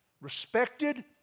Respected